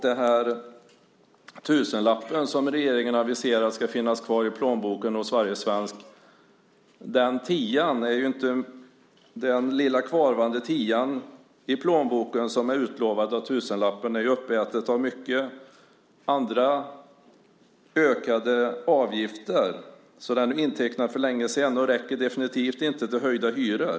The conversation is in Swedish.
Den tusenlapp som regeringen säger ska finnas kvar i plånboken hos varje svensk är ju uppäten av många andra ökade avgifter. Den är intecknad för länge sedan och räcker definitivt inte till höjda hyror.